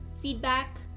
feedback